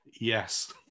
yes